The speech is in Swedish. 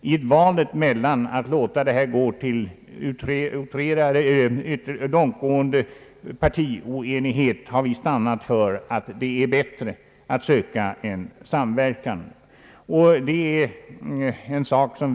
Vi har stannat för att det är bättre att söka samverkan än att låta en långtgående partioenighet uppstå.